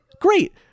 great